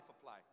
apply